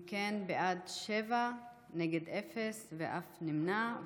אם כן, בעד, שבעה, נגד, אפס, ואף נמנע.